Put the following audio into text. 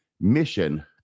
mission